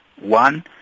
One